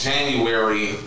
January